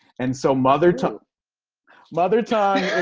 and so mothertongue mothertongue.